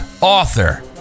author